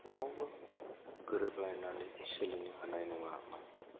रावबो गोरोब लायनानै सोलिनो हानाय नंआ मानो होनबा